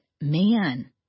man